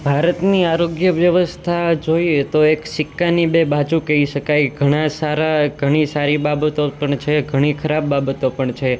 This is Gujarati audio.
ભારતની આરોગ્ય વ્યવસ્થા જોઈએ તો એક સિકકાની બે બાજુ કહી શકાય ઘણા સારા ઘણી સારી બાબતો પણ છે ઘણી ખરાબ બાબતો પણ છે